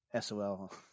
SOL